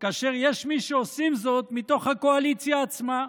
כאשר יש מי שעושים זאת מתוך הקואליציה עצמה?